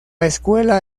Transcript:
escuela